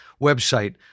website